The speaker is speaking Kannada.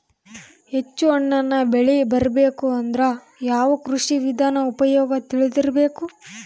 ಹೆಚ್ಚು ಹಣ್ಣನ್ನ ಬೆಳಿ ಬರಬೇಕು ಅಂದ್ರ ಯಾವ ಕೃಷಿ ವಿಧಾನ ಉಪಯೋಗ ತಿಳಿದಿರಬೇಕು?